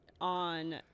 on